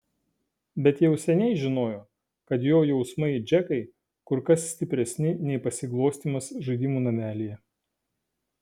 bet jau seniai žinojo kad jo jausmai džekai kur kas stipresni nei pasiglostymas žaidimų namelyje